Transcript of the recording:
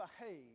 behave